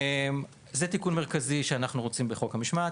זה התיקון המרכזי שאנחנו רוצים לבצע בחוק המשמעת.